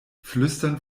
flüstern